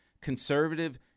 conservative